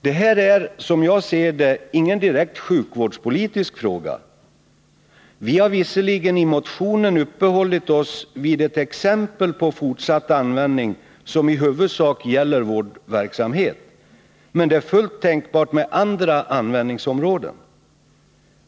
Det här är — som jag ser det - ingen direkt sjukvårdspolitisk fråga. Vi har visserligen i motionen uppehållit oss vid ett exempel på fortsatt användning som i huvudsak gäller vårdverksamhet, men det är fullt tänkbart med andra användningsområden.